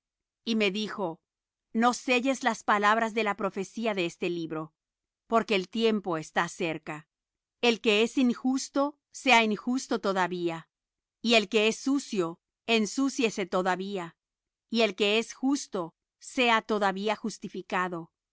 y me dijo no selles las palabras de la profecía de este libro porque el tiempo está cerca el que es injusto sea injusto todavía y el que es sucio ensúciese todavía y el que es justo sea todavía justificado